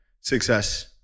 success